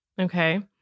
Okay